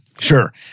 Sure